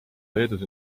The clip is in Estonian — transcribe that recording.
leedus